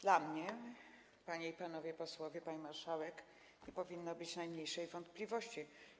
Dla mnie, panie i panowie posłowie, pani marszałek, nie powinno być najmniejszej wątpliwości.